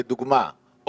לדוגמה,